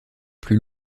plus